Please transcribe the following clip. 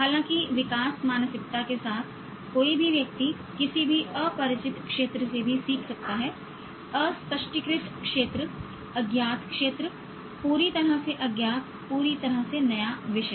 हालांकि विकास मानसिकता के साथ कोई भी व्यक्ति किसी भी अपरिचित क्षेत्र से भी सीख सकता है अस्पष्टीकृत क्षेत्र अज्ञात क्षेत्र पूरी तरह से अज्ञात पूरी तरह से नया विषय